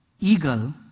eagle